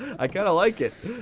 i kind of like it.